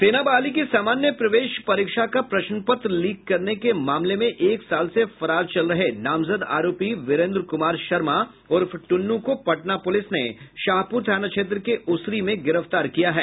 सेना बहाली की सामान्य प्रवेश परीक्षा का प्रश्न पत्र लीक करने के मामले में एक साल से फरार चल रहे नामजद आरोपी वीरेंद्र कुमार शर्मा उर्फ टुन्न् को पटना पुलिस ने शाहपुर थाना क्षेत्र के उसरी में गिरफ्तार किया है